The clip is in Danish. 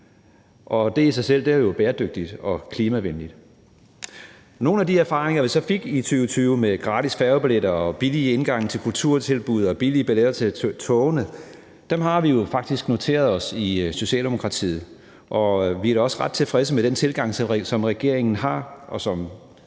Det i sig selv er jo bæredygtigt og klimavenligt. Nogle af de erfaringer, vi så fik i 2020 med gratis færgebilletter og billig adgang til kulturtilbud og billige billetter til togene, har vi jo faktisk noteret os i Socialdemokratiet. Og vi er da også ret tilfredse med den tilgang, som regeringen har,